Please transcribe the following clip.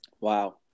Wow